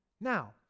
Now